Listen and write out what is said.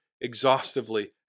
exhaustively